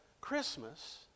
Christmas